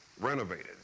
renovated